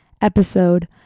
episode